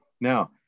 Now